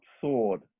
sword